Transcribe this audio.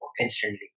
instantly